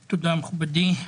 תודה, מכובדי.